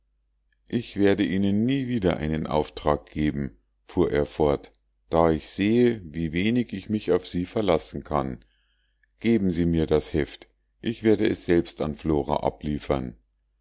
ich werde ihnen nie wieder einen auftrag geben fuhr er fort da ich sehe wie wenig ich mich auf sie verlassen kann geben sie mir das heft ich werde es selbst an flora abliefern